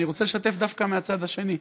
אני רוצה לשתף דווקא מהצד השני.